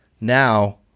now